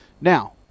now